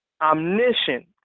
omniscient